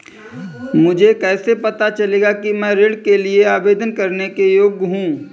मुझे कैसे पता चलेगा कि मैं ऋण के लिए आवेदन करने के योग्य हूँ?